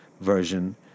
version